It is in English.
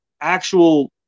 actual